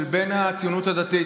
בין הציונות הדתית,